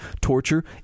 torture